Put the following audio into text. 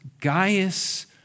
Gaius